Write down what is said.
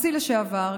הנשיא לשעבר,